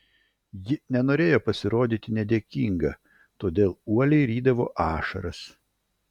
ji nenorėjo pasirodyti nedėkinga todėl uoliai rydavo ašaras